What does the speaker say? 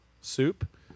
soup